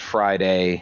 Friday